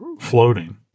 floating